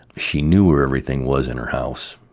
she knew where everything was in her house.